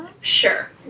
Sure